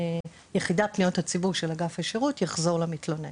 יחידת פניות הציבור של אגף השירות תחזור למתלונן.